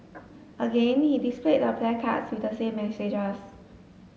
again he displayed the placards with the same messages